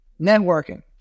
networking